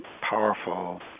powerful